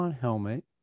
helmet